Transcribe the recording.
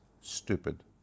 stupid